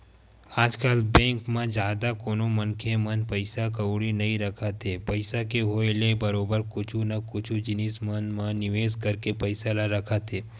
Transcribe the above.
आजकल बेंक म जादा कोनो मनखे मन पइसा कउड़ी नइ रखत हे पइसा के होय ले बरोबर कुछु न कुछु जिनिस मन म निवेस करके पइसा ल रखत हे